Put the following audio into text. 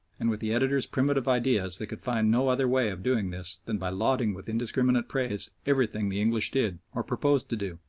and with the editors' primitive ideas they could find no other way of doing this than by lauding with indiscriminate praise everything the english did or proposed to do.